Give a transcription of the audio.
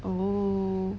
oh